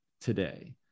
today